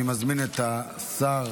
אני מזמין את שר